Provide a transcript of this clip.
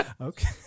Okay